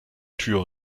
tür